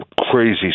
crazy